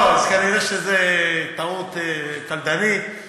כנראה שזו טעות קלדנית,